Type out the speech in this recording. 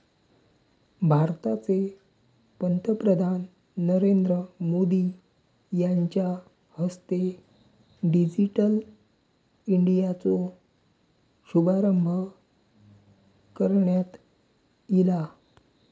भारताचे पंतप्रधान नरेंद्र मोदी यांच्या हस्ते डिजिटल इंडियाचो शुभारंभ करण्यात ईला